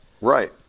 Right